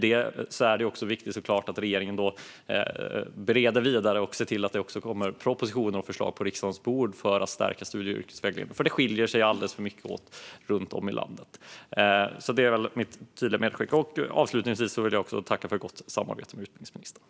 Det är också viktigt att regeringen bereder vidare och ser till att det kommer propositioner och förslag på riksdagens bord för att stärka studie och yrkesvägledningen, för den skiljer sig alldeles för mycket åt runt om i landet. Detta är mitt tydliga medskick. Avslutningsvis vill jag också tacka utbildningsministern för gott samarbete.